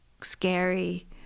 scary